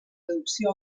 traducció